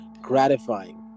gratifying